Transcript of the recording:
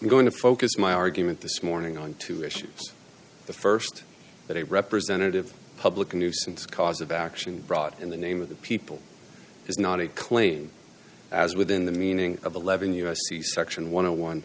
going to focus my argument this morning on two issues the st that a representative public nuisance cause of action brought in the name of the people is not a claim as within the meaning of eleven u s c section one